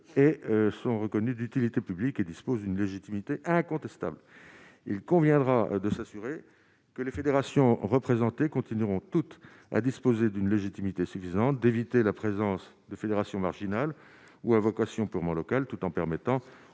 et sont reconnus d'utilité publique et dispose d'une légitimité incontestable, il conviendra de s'assurer que les fédérations représentées continueront toute à disposer d'une légitimité suffisante d'éviter la présence de fédération marginal ou à vocation purement locale, tout en permettant aux parents d'élèves d'être